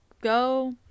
go